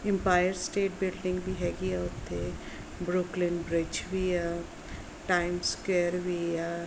empire State Building ਵੀ ਹੈਗੀ ਆ ਉੱਥੇ ਬਰੋਕਲੀਨ ਬ੍ਰਿਜ ਵੀ ਆ ਟਾਈਮ ਸਕੇਅਰ ਵੀ ਆ